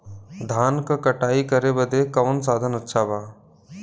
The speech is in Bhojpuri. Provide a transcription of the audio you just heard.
धान क कटाई करे बदे कवन साधन अच्छा बा?